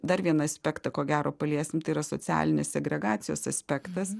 dar vieną aspektą ko gero paliesim tai yra socialinės segregacijos aspektas